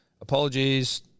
apologies